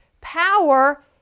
Power